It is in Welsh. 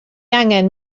angen